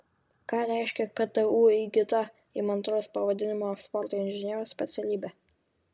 ką reiškia ktu įgyta įmantraus pavadinimo eksporto inžinieriaus specialybė